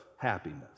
happiness